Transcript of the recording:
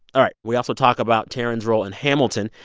all right. we also talk about taran's role in hamilton.